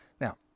Now